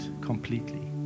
completely